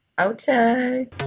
Okay